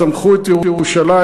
"שמחו את ירושלים",